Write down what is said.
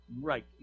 Right